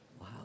Wow